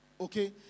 Okay